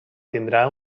tindrà